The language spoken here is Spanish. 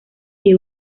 que